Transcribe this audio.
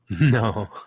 No